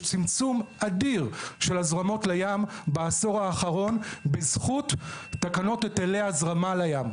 יש צמצום אדיר של הזרמות לים בעשור האחרון בזכות תקנות היטלי הזרמה לים.